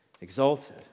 exalted